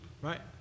right